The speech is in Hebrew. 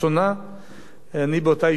אני באותה ישיבה לא נכחתי,